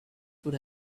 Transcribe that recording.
would